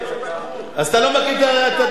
אז אתה לא מכיר כנראה את מערך הלימודים.